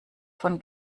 von